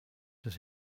does